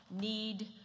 need